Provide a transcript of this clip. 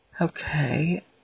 Okay